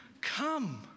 come